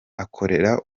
akorera